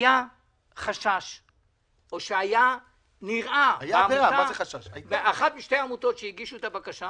היה חשש או נראה באחת משתי העמותות שהגישו את הבקשה,